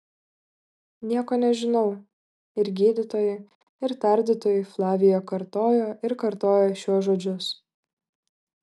nieko nežinau ir gydytojui ir tardytojui flavija kartojo ir kartojo šiuos žodžius